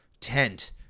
tent